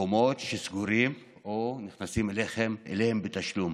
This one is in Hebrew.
מקומות שסגורים או נכנסים אליהם בתשלום.